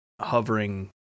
hovering